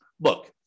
look